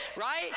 right